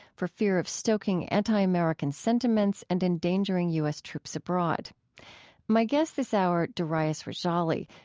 for fear of stoking anti-american sentiments and endangering u s. troops abroad my guest this hour, darius rejali,